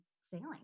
sailing